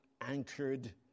anchored